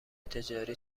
تجاری